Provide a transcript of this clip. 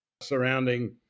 surrounding